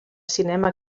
cinema